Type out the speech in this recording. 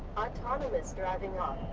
autonomous driving off.